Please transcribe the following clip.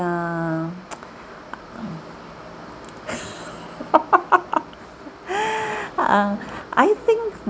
err uh I think